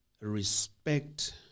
respect